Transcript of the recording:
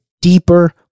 deeper